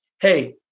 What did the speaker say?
Hey